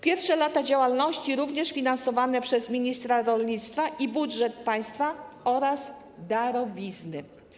Pierwsze lata działalności również będą finansowane przez ministra rolnictwa i budżet państwa oraz darowizny.